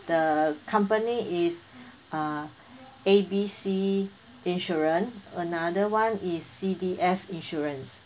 the company is uh A B C insurance another one is C D F insurance